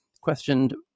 Questioned